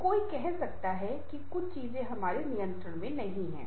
तो कोई कह सकता है कि कुछ चीजें हमारे नियंत्रण में नहीं हैं